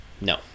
No